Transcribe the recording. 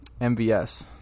MVS